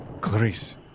Clarice